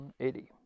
180